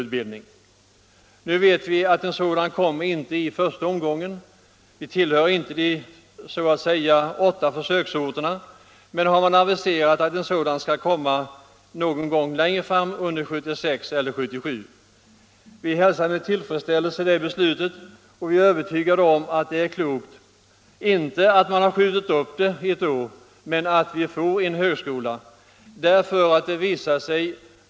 Nu har vi hört att någon sådan skola inte kommer att förläggas dit i första omgången, vi tillhör inte de åtta försöksorterna, men det har aviserats att en sådan utbildningsanstalt kommer att förläggas dit någon gång längre fram, 1976 eller 1977. Vi hälsar detta beslut med tillfredsställelse och är övertygade om att det är klokt — alltså inte att skolan har uppskjutits ett år men att vi längre fram får en sådan högskola.